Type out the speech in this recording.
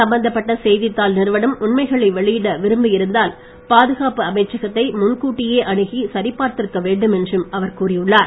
சம்பந்தப்பட்ட செய்தித்தாள் நிறுவனம் உண்மைகளை வெளியிட விரும்பியிருந்தால் பாதுகாப்பு அமைச்சகத்தை முன்கூட்டியே அனுகி சரிபார்த்திருக்க வேண்டும் என்றும் அவர் கூறியுள்ளார்